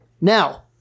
Now